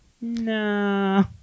no